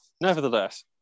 Nevertheless